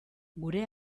gure